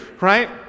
right